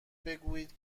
بگویید